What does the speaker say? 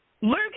Luke